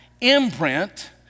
imprint